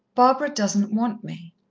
barbara doesn't want me.